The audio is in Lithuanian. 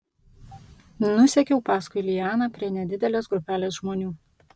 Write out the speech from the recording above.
nusekiau paskui lianą prie nedidelės grupelės žmonių